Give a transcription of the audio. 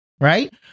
right